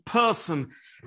person